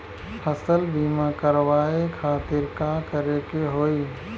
फसल बीमा करवाए खातिर का करे के होई?